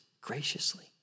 graciously